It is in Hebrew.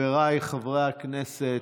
נעבור להצעות